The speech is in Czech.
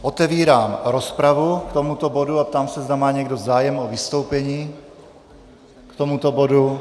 Otevírám rozpravu k tomuto bodu a ptám se, zda má někdo zájem o vystoupení k tomuto bodu.